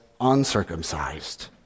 uncircumcised